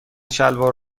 شلوار